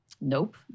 Nope